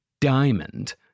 diamond